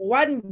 one